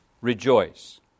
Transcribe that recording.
Rejoice